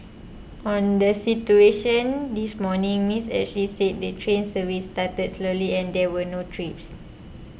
on the situation this morning Miss Ashley said the train service started slowly and there were no trips